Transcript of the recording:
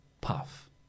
puff